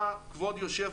והמדינה, כבוד יושב-הראש,